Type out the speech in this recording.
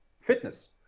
fitness